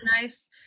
nice